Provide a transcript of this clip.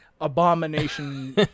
abomination